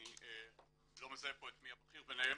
אני לא מזהה פה מי הבכיר ביניהם,